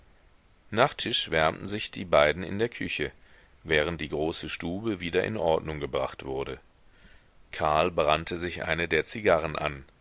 tisch wärmten sich die beiden in der küche während die große stube wieder in ordnung gebracht wurde karl brannte sich eine der zigarren an